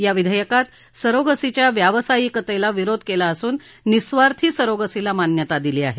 या विधेयकात सरोगसीच्या व्यावसायिकतेला विरोध केला असून निःस्वार्थी सरोगसीला मान्यता दिली आहे